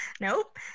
Nope